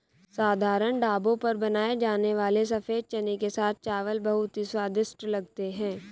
साधारण ढाबों पर बनाए जाने वाले सफेद चने के साथ चावल बहुत ही स्वादिष्ट लगते हैं